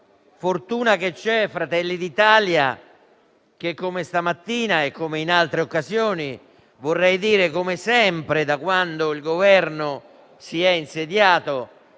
Gruppo Fratelli d'Italia che, come stamattina e come in altre occasioni - vorrei dire come sempre, da quando il Governo si è insediato